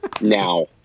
Now